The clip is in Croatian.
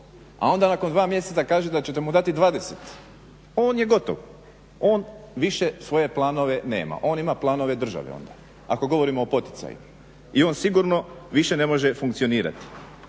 a onda nakon dva mjeseca kažete da ćete mu dati 20, on je gotov, on više svoje planove nema, on ima planove države onda ako govorimo o poticaju i on sigurno više ne može funkcionirati.